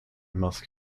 must